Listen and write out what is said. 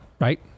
right